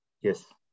Yes